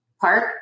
park